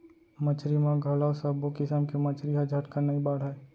मछरी म घलौ सब्बो किसम के मछरी ह झटकन नइ बाढ़य